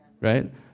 right